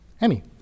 Emmy